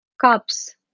cups